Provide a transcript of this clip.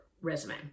resume